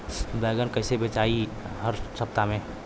बैगन कईसे बेचाई हर हफ्ता में?